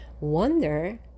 wonder